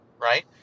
right